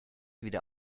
wieder